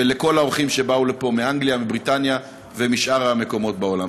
ולכל האורחים שבאו לפה מבריטניה ומשאר המקומות בעולם.